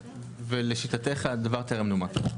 ולשיטתך, הדבר טרם נומק.